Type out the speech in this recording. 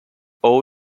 all